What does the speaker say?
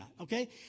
okay